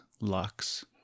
Lux